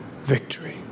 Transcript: victory